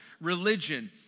religion